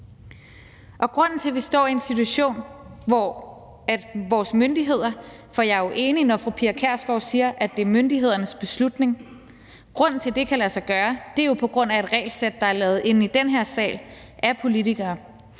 Grunden til, at vi står i en situation, hvor vores myndigheder kan gøre det – for jeg er jo enig, når fru Pia Kjærsgaard siger, at det er myndighedernes beslutning – er jo et regelsæt, der er lavet inde i den her sal af politikere.